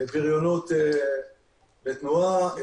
בריונות בתנועה,